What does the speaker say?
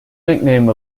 nickname